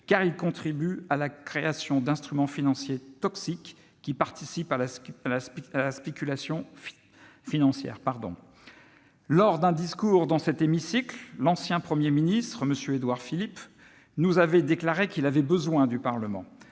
qui contribue à la création d'instruments financiers toxiques participant à la spéculation financière. Lors d'un discours dans cet hémicycle, l'ancien Premier ministre Édouard Philippe nous avait déclaré avoir besoin du Parlement